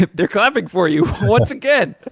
they're clapping for you once again.